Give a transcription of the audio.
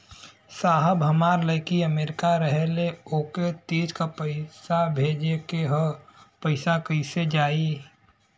साहब हमार लईकी अमेरिका रहेले ओके तीज क पैसा भेजे के ह पैसा कईसे जाई?